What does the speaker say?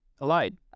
Allied